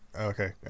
Okay